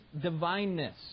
divineness